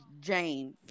Jane